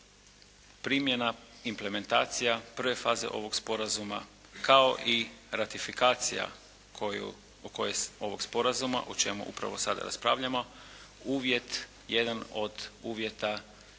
primjedba, implementacija prve faze ovog sporazuma kao i ratifikacija koju, o kojoj, ovog sporazuma o čemu upravo sada raspravljamo uvjet, jedan od uvjeta